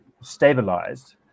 stabilized